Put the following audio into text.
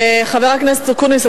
חבר הכנסת אקוניס,